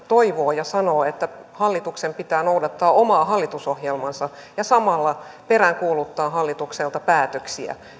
toivoo ja sanoo että hallituksen pitää noudattaa omaa hallitusohjelmaansa ja samalla peräänkuuluttaa hallitukselta päätöksiä